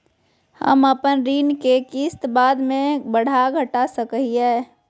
हम अपन ऋण के किस्त बाद में बढ़ा घटा सकई हियइ?